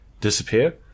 disappear